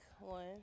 one